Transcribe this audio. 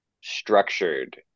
structured